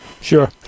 Sure